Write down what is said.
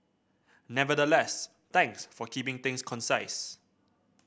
nevertheless thanks for keeping things concise